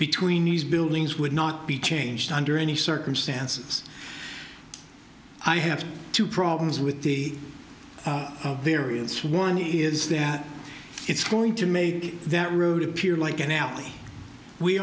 between these buildings would not be changed under any circumstances i have two problems with the various one is that it's going to make that road appear like an alley we